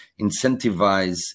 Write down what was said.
incentivize